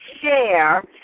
share